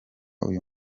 uyu